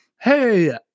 hey